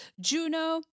Juno